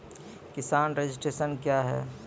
किसान रजिस्ट्रेशन क्या हैं?